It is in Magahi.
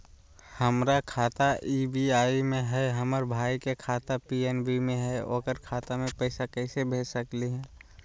हमर खाता एस.बी.आई में हई, हमर भाई के खाता पी.एन.बी में हई, ओकर खाता में पैसा कैसे भेज सकली हई?